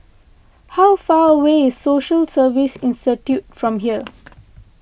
how far away is Social Service Institute from here